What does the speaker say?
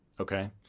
Okay